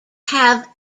have